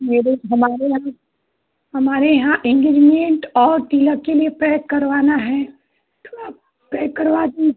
मेरे हमारे यहाँ हमारे यहाँ एन्गेजमेन्ट और तिलक के लिए पैक करवाना है तो आप पैक करवा देंगी